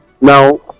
Now